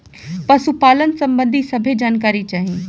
पशुपालन सबंधी सभे जानकारी चाही?